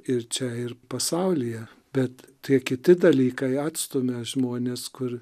ir čia ir pasaulyje bet tie kiti dalykai atstumia žmones kur